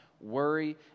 worry